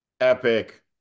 epic